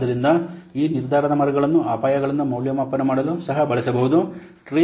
ಆದ್ದರಿಂದ ಈ ನಿರ್ಧಾರದ ಮರಗಳನ್ನು ಅಪಾಯಗಳನ್ನು ಮೌಲ್ಯಮಾಪನ ಮಾಡಲು ಸಹ ಬಳಸಬಹುದು